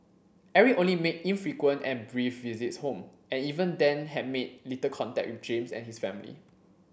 Eric only made infrequent and brief visits home and even then had made little contact with James and his family